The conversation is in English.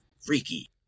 freaky